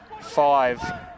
five